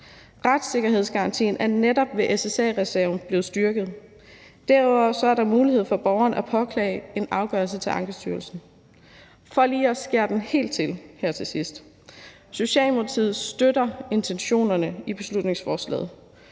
retssikkerhedsgarantien, som netop med SSA-reserven er blevet styrket. Derudover er der for borgeren mulighed for at påklage en afgørelse til Ankestyrelsen. For lige at skære den helt til her til sidst vil jeg sige, at Socialdemokratiet støtter intentionerne i beslutningsforslaget.